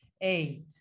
Eight